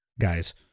Guys